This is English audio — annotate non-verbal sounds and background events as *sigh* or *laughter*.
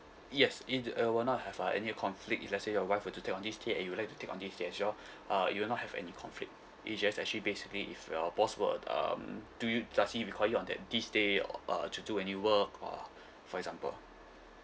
yes it uh will not have uh any conflict if let's say your wife were to take on this day and you would like to take on this day as well *breath* uh it'll not have any conflict it's just actually basically if your boss would um do you does he require you on that this day o~ uh to do any work or for example